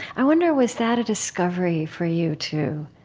i wonder, was that a discovery for you too,